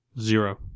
Zero